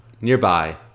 Nearby